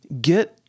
Get